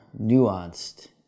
nuanced